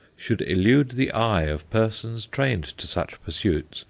should elude the eye of persons trained to such pursuits,